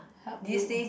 help you